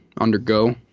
undergo